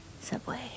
Subway